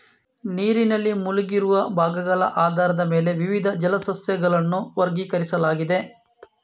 ನೀರಿನಲ್ಲಿ ಮುಳುಗಿರುವ ಭಾಗಗಳ ಆಧಾರದ ಮೇಲೆ ವಿವಿಧ ಜಲ ಸಸ್ಯಗಳನ್ನು ವರ್ಗೀಕರಿಸಲಾಗಿದೆ